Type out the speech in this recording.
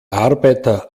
arbeiter